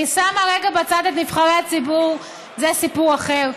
אני שמה רגע בצד את נבחרי הציבור, זה סיפור אחר.